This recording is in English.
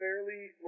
fairly